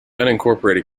unincorporated